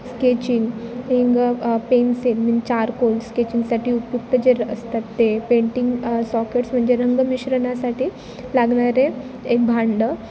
sketching हिंग pencil मी charcoal स्केचिंगसाठी उपुक्त जे असतात ते पेंटिंग सॉकेट्स म्हणजे रंग मिश्रणासाठी लागणारे एक भांडं